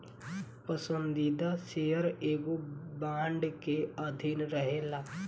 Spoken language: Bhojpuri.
पसंदीदा शेयर एगो बांड के अधीन रहेला